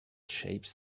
shapes